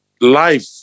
Life